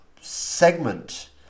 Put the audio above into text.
segment